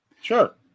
Sure